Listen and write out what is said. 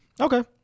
Okay